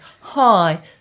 Hi